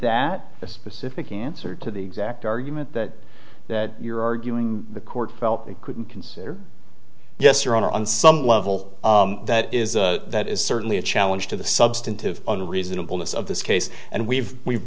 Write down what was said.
that a specific answer to the exact argument that that you're arguing the court felt they couldn't consider yes your honor on some level that is that is certainly a challenge to the substantive reasonableness of this case and we've we've